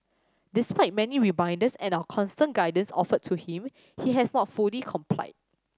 despite many reminders and our constant guidance offered to him he has not fully complied